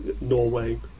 Norway